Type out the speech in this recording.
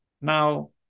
now